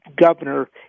governor